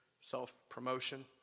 self-promotion